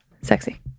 sexy